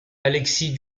alexis